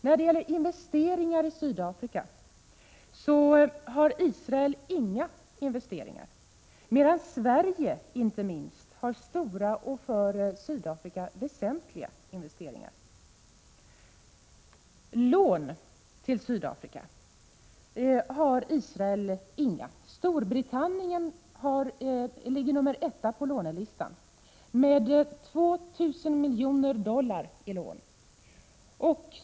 När det gäller investeringar i Sydafrika har Israel inga investeringar alls, medan inte minst Sverige har stora och för Sydafrika väsentliga investeringar. Lån till Sydafrika har Israel inga. Storbritannien ligger etta på lånelistan med 2 000 miljoner dollar i lån.